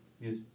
Yes